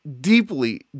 deeply